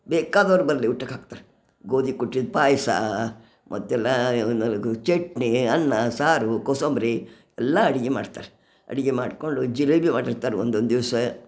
ಬೇಕಾದವರು ಬರಲಿ ಊಟಕ್ಕೆ ಹಾಕ್ತಾರೆ ಗೋದಿ ಕುಟ್ಟಿದ ಪಾಯಸ ಮತ್ತೆಲ್ಲಾ ಒಂದೆಲಗು ಚಟ್ನಿ ಅನ್ನ ಸಾರು ಕೋಸಂಬರಿ ಎಲ್ಲ ಅಡಿಗೆ ಮಾಡ್ತಾರೆ ಅಡಿಗೆ ಮಾಡ್ಕೊಂಡು ಜಿಲೆಬಿ ಮಾಡಿರ್ತಾರೆ ಒಂದೊಂದು ದಿವಸ